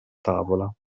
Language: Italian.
tavola